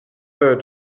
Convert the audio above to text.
heard